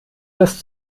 das